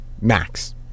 max